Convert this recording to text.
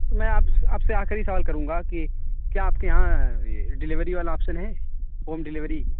میں آپ س آپ سے آ کر ہی سوال کروں گا کہ کیا آپ کے یہاں ڈلیوری والا آپشن ہے ہوم ڈلیوری